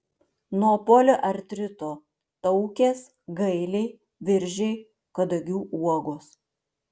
nuo poliartrito taukės gailiai viržiai kadagių uogos